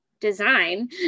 design